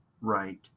right